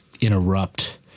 interrupt